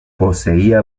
poseía